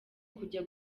kujya